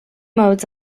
modes